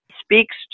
speaks